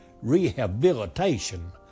rehabilitation